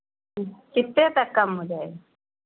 कितने तक कम हो जाएगा